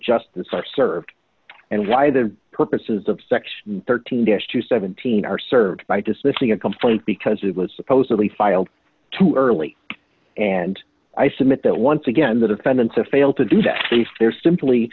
justice are served and why the purposes of section thirteen to seventeen are served by dismissing a complaint because it was supposedly filed too early and i submit that once again the defendants have failed to do that if they're simply